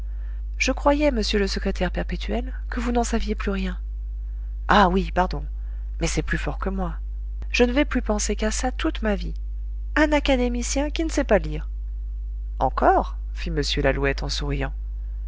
je croyais monsieur le secrétaire perpétuel que vous n'en saviez plus rien ah oui pardon mais c'est plus fort que moi je ne vais plus penser qu'à ça toute ma vie un académicien qui ne sait pas lire encore fit m lalouette en souriant